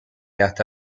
hasta